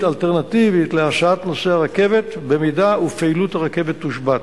אלטרנטיבית להסעת נוסעי הרכבת במידה שפעילות הרכבת תושבת.